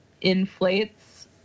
inflates